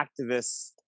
activists